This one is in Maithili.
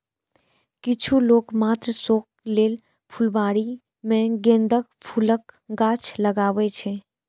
किछु लोक मात्र शौक लेल फुलबाड़ी मे गेंदाक फूलक गाछ लगबै छै